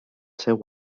seu